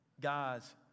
guys